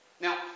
Now